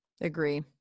Agree